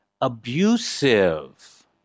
abusive